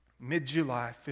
mid-July